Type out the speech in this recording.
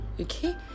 Okay